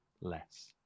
less